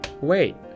Wait